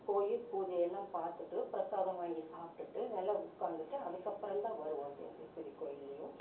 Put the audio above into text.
போய் பூஜை எல்லாம் பார்த்துட்டு பிரசாதம் வாங்கி சாப்பிட்டுட்டு நல்லா உட்காந்துட்டு அதுக்கப்புறந்தான் வருவோம் தென் திருப்பதி கோயில்லேயும்